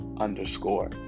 underscore